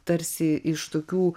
tarsi iš tokių